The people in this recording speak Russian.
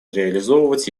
реализовывать